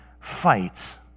fights